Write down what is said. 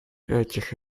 этих